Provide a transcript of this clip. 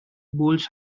blots